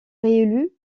réélu